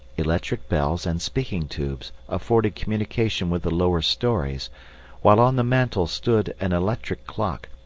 electric bells and speaking-tubes afforded communication with the lower stories while on the mantel stood an electric clock,